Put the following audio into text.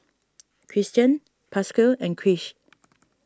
Kristian Pasquale and Krish